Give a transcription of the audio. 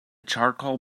charcoal